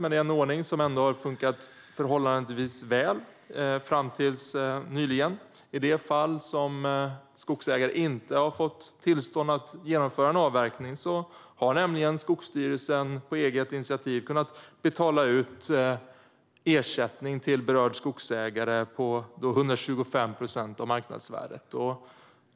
Men det är en ordning som ändå har fungerat förhållandevis väl fram tills nyligen. I det fall som skogsägare inte har fått tillstånd att genomföra en avverkning har Skogsstyrelsen på eget initiativ kunnat betala ut ersättning till berörd skogsägare på 125 procent av marknadsvärdet.